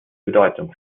bedeutung